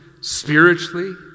spiritually